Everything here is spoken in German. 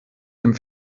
dem